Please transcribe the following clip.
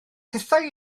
hithau